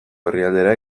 herrialdera